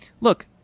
Look